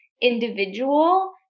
individual